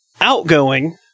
outgoing